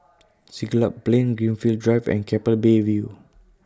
Siglap Plain Greenfield Drive and Keppel Bay View